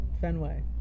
Fenway